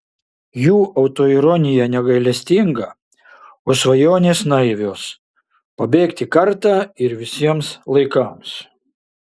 jų autoironija negailestinga o svajonės naivios pabėgti kartą ir visiems laikams